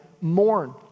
mourn